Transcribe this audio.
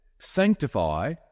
Sanctify